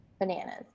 bananas